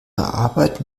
arbeit